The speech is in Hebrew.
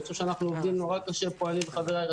חברי,